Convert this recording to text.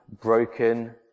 broken